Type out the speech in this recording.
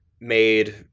made